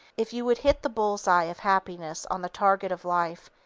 if you would hit the bull's-eye of happiness on the target of life,